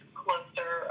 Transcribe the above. closer